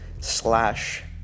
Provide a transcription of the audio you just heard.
slash